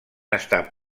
estar